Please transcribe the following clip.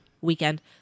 weekend